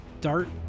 dart